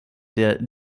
der